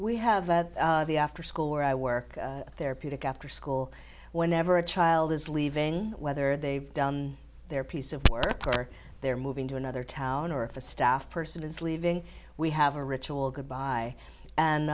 we have at the after school where i work therapeutic after school whenever a child is leaving whether they've done their piece of work or they're moving to another town or if a staff person is leaving we have a ritual goodbye